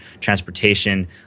transportation